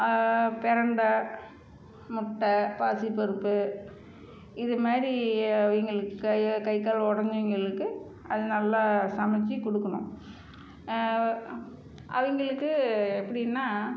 பிரண்டை முட்டை பாசிப்பருப்பு இது மாதிரி அவங்களுக்கு கை கை கால் உடைஞ்சவைங்களுக்கு அது நல்லா சமைச்சி கொடுக்கணும் அவங்களுக்கு எப்படின்னா